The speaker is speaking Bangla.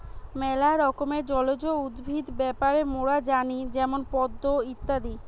ম্যালা রকমের জলজ উদ্ভিদ ব্যাপারে মোরা জানি যেমন পদ্ম ইত্যাদি